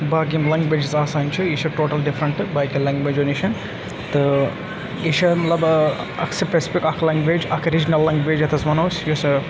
باقٕے یِم لنٛگویجِز آسان چھِ یہِ چھِ ٹوٹَل ڈِفرَنٹ باقٕیَن لنٛگویجو نِش تہٕ یہِ چھِ مطلب اَکھ سٕپیسفِک اَکھ لنٛگویج اَکھ ریٖجنَل لنٛگویج یَتھ أسۍ وَنو أسۍ یُس